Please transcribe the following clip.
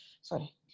sorry